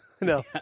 No